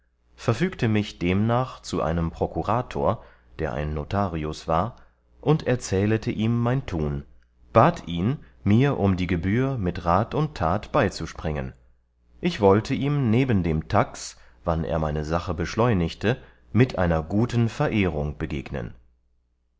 verfügte mich demnach zu einem prokurator der ein notarius war und erzählete ihm mein tun bat ihn mir um die gebühr mit rat und tat beizuspringen ich wollte ihm neben dem tax wann er meine sache beschleunigte mit einer guten verehrung begegnen